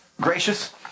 gracious